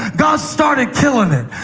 god started killing it.